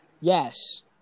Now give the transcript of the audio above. Yes